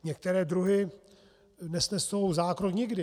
Některé druhy nesnesou zákrok nikdy.